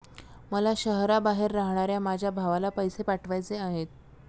मला शहराबाहेर राहणाऱ्या माझ्या भावाला पैसे पाठवायचे आहेत